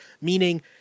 meaning